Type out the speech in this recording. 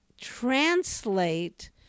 translate